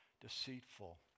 deceitful